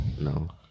No